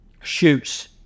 Shoots